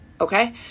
okay